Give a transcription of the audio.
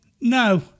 no